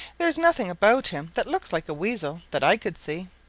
there's nothing about him that looks like a weasel, that i could see.